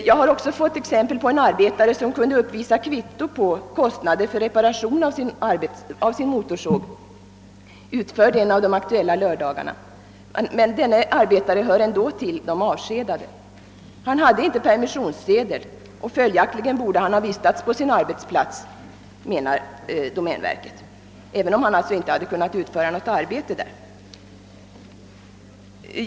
Jag har också fått exempel på att en arbetare, som kunde uppvisa kvitto på kostnader för reparation av sin motorsåg, utförd en av de aktuella lördagarna, ändå har blivit avskedad. Han hade inte permissionssedel, och följaktligen menar domänverket att han borde ha vistats på sin arbetsplats, även om han inte hade kunnat utföra något arbete där.